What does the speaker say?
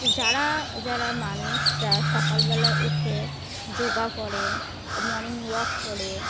তো যারা যারা মানুষরা সকালবেলায় উঠে যোগা করে মর্নিং ওয়াক করে